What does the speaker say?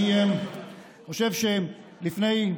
אני חושב שלפני,